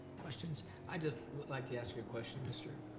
questions? i'd just like to ask you a question, mr.